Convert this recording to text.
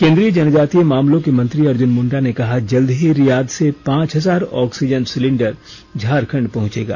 केंद्रीय जनजातीय मामले के मंत्री अर्जुन मुंडा ने कहा कि जल्द ही रियाद से पांच हजार ऑक्सीजन सिलिंडर झारखण्ड पहुंचेगा